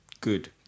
good